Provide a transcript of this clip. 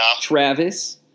Travis